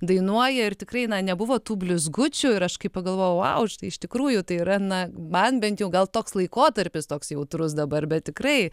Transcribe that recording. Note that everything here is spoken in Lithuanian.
dainuoja ir tikrai nebuvo tų blizgučių ir aš kaip pagalvojau vau iš tikrųjų tai yra na man bent jau gal toks laikotarpis toks jautrus dabar bet tikrai